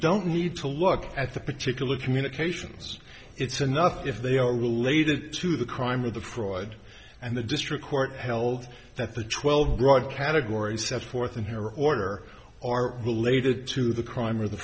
don't need to look at the particular communications it's enough if they are related to the crime or the fraud and the district court held that the twelve broad categories set forth in her order are related to the crime or the